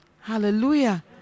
Hallelujah